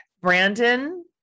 Brandon